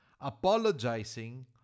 apologizing